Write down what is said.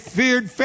feared